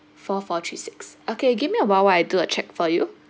four four three six okay give me a while while I do a check for you